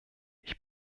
ich